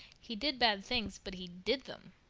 he did bad things, but he did them.